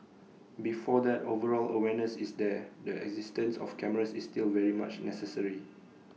before that overall awareness is there the existence of cameras is still very much necessary